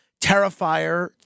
Terrifier